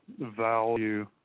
value